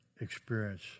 experience